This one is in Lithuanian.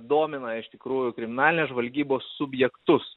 domina iš tikrųjų kriminalinės žvalgybos subjektus